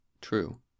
True